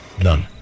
None